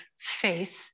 faith